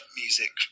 music